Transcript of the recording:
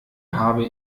habe